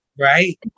Right